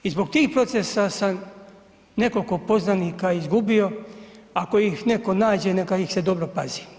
I zbog tih procesa sam nekoliko poznanika izgubio, ako ih neko nađe, neka ih se dobro pazi.